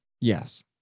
Yes